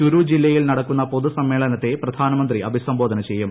ചുരു ജില്ലയിൽ നടക്കുന്ന പൊതു സമ്മേളനത്തെ പ്രധാനമന്ത്രി അഭിസംബോധന ചെയ്യും